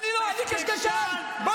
קשקשן, קשקשן.